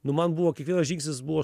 nu man buvo kiekvienas žingsnis buvo